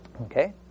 Okay